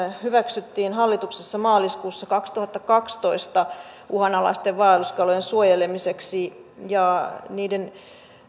hyväksyttiin hallituksessa maaliskuussa kaksituhattakaksitoista uhanalaisten vaelluskalojen suojelemiseksi ja niiden